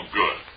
good